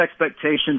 expectations